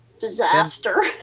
disaster